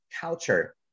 culture